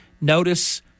Notice